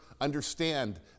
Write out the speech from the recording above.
understand